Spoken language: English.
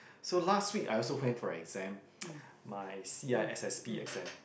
so last week I also went for exam my C_I_S_S_P exam